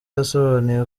yasobanuye